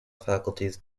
faculties